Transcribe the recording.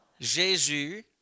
Jésus